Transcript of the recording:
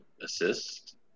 assist